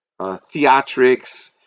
theatrics